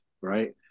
right